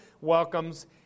welcomes